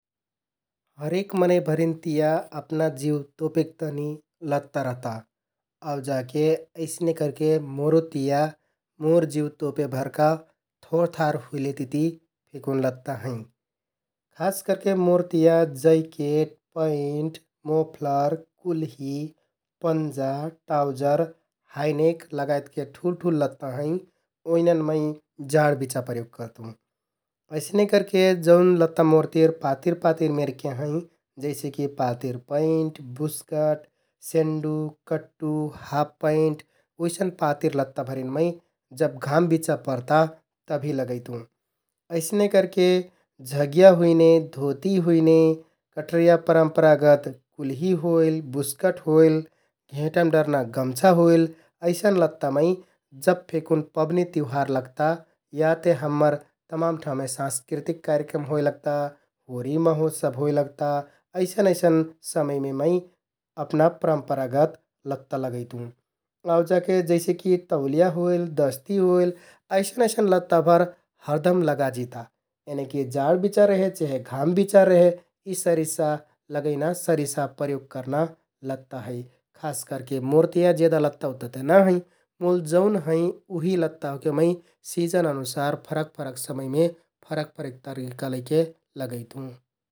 हरेक मनैंभरिन तिया अपना जिउ तोपेक तहनि लत्ता रहता आउ जाके अइसने करके मोरो तिया मोर जिउ तोपे भरका थोरथार हुइलेतिति फेकुन लत्ता हैं । खास करके मोर तिया जैकेट, पैन्ट, मोफलर, कुल्हि, पन्जा, टाउजर, हाइनेक लगायतके ठुल्ह ठुल्ह लत्ता हैं, ओइनन मै जाडबिचा प्रयोग करतुँ । अइसने करके जौन लत्ता मोर तिर पातिर पातिर मेरके हैं । जइसेकि पातिर पैंट, बुस्कट, सेन्डु, कट्टु, हाप पैंट उइसन पातिर लत्ताभरिन मै जब घाम बिजा परता तभि लगैतुँ । अइसने करके झगिया हुइने, धोति हुइने, कठरिया परम्परागत कुल्हि होइल, बुस्कट होइल, घेंटाम डरना गम्छा होइल अइसन लत्ता मै जब फेकुन पबनि तिउहार लगता याते हम्मर तमान ठाउँमे साँस्कृतिक कार्यक्रम होइ लगता, होरि महोत्सब होइ लगता अइसन अइसन समयमे मै अपना परम्परागत लत्ता लगैतुँ आउ जाके जइसेकि तौलिया होइल, दस्ति होइल अइसन अइसन लत्ताभर हरदम लगाजिता । एनिकि जाड बिचा रेहे चेहे घाम बिचा रेहे यि सरि साह लगैना, सरि साह प्रयोग करना लत्ता है । खास करके मोर तिया जेदा लत्ता उत्ता ते ना हैं मुल जौन है उहि लत्ता ओहके मै सिजन अनुसार फरक फरक समयमे फरक फरक तरिका लैके लगैतुँ ।